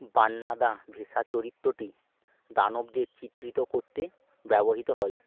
বান্নাদা ভেশা চরিত্রটি দানবদের চিত্রিত করতে ব্যবহৃত হয়